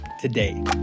today